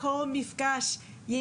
בכל מפגש,